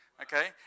Okay